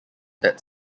that